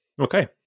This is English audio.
Okay